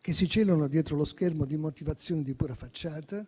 che si celano dietro lo schermo di motivazioni di pura facciata